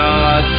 God